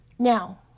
Now